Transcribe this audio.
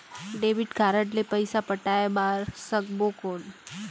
Debit card ले पइसा पटाय बार सकबो कौन?